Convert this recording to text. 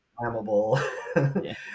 flammable